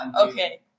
Okay